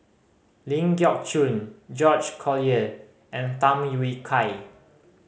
Ling Geok Choon George Collyer and Tham Yui Kai